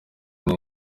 neza